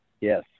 Yes